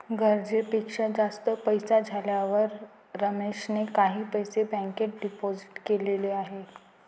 गरजेपेक्षा जास्त पैसे झाल्यावर रमेशने काही पैसे बँकेत डिपोजित केलेले आहेत